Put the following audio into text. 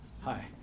Hi